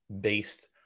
based